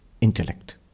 intellect